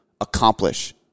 accomplish